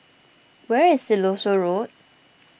where is Siloso Road